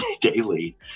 daily